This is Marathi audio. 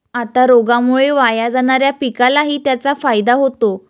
आता रोगामुळे वाया जाणाऱ्या पिकालाही त्याचा फायदा होतो